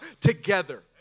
together